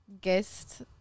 guest